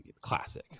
classic